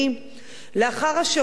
לאחר השירות בצה"ל,